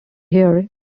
here